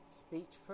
speech